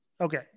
Okay